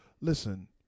Listen